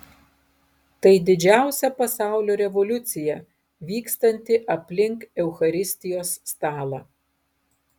tai didžiausia pasaulio revoliucija vykstanti aplink eucharistijos stalą